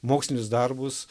mokslinius darbus